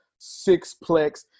sixplex